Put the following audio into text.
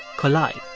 collide